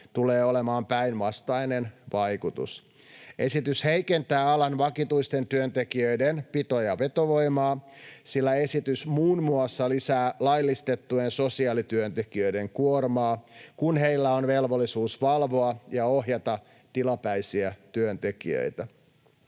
tulee olemaan päinvastainen vaikutus. Esitys heikentää alan vakituisten työntekijöiden pito- ja vetovoimaa, sillä esitys muun muassa lisää laillistettujen sosiaalityöntekijöiden kuormaa, kun heillä on velvollisuus valvoa ja ohjata tilapäisiä työntekijöitä.